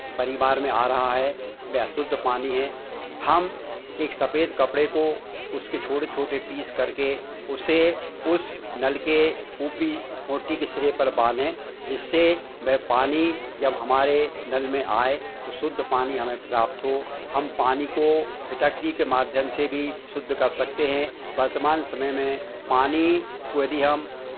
परिवार में आ रहा है वह अशुद्ध पानी है हम एक सफ़ेद कपड़े को उसके छोटे छोटे पीस कर के उसे उस नल के ऊपरी टोटी के सिरे पर बाँधे जिससे वह पानी जब हमारे नल में आए तो शुद्ध पानी हमे प्राप्त हो हम पानी को फिटकरी के माध्यम से भी शुद्ध कर सकते हैं वर्तमान समय में पानी को यदि हम